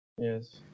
yes